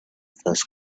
first